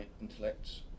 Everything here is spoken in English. intellects